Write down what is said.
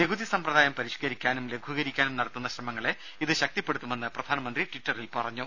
നികുതി സമ്പ്രദായം പരിഷ്കരിക്കാനും ലഘൂകരിക്കാനും നടത്തുന്ന ശ്രമങ്ങളെ ഇത് ശക്തിപ്പെടുത്തുമെന്ന് പ്രധാനമന്ത്രി ട്വിറ്ററിൽ പറഞ്ഞു